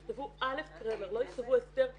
יכתבו א' קרמר, לא יכתבו אסתר קרמר.